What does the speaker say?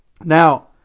Now